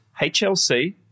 HLC